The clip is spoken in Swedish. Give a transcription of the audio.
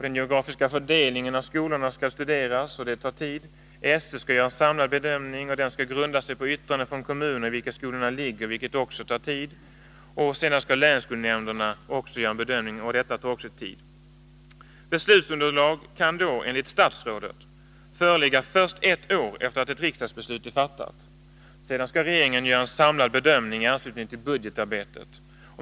Den geografiska fördelningen av skolorna skall studeras, och det tar tid. SÖ skall göra en samlad bedömning, och den skall grunda sig på yttranden från de kommuner i vilka skolorna ligger, vilket också tar tid. Sedan skall länsskolnämnderna göra en bedömning, och detta tar också tid. Beslutsunderlag kan, enligt statsrådet, föreligga först ett år efter det att riksdagsbeslutet är fattat. Sedan skall regeringen göra en samlad bedömning i anslutning till budgetarbetet.